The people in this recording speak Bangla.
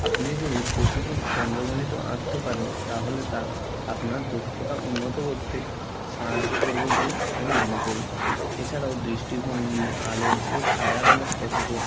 আপনি যদি প্রতিদিন পনেরো মিনিটও আঁকতে পারেন তাহলে তা আপনার দক্ষতা উন্নত করতে সাহায্য করবে বলে আমি মনে করি এছাড়াও দৃষ্টিভঙ্গি আলো ও ছায়া রঙের তত্ত্ব